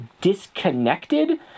disconnected